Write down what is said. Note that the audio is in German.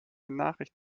nachricht